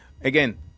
again—